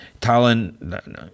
Talon